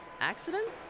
Accident